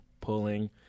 pulling